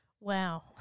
Wow